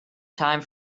time